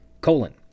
colon